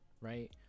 right